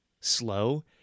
slow